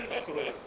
hardcore